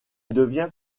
devient